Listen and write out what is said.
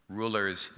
rulers